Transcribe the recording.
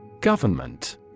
Government